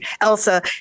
Elsa